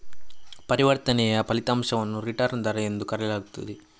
ಪರಿವರ್ತನೆಯ ಫಲಿತಾಂಶವನ್ನು ರಿಟರ್ನ್ ದರ ಎಂದು ಕರೆಯಲಾಗುತ್ತದೆ